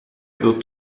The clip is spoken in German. wird